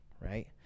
right